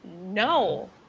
no